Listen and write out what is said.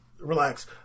Relax